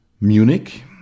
munich